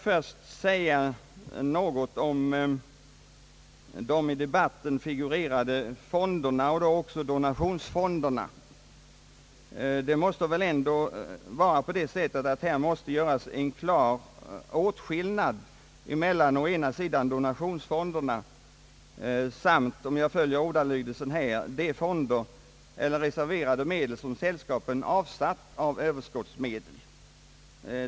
Först då några ord om de i debatten figurerande fonderna, i det sammanhanget även donationsfonderna. Här måste göras en klar åtskillnad mellan å ena sidan donationsfonderna samt å andra sidan, om jag följer ordalydelsen, de fonder eller reserverade medel som sällskapen avsatt av överskottsmedel.